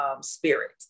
spirit